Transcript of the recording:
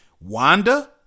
Wanda